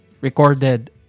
recorded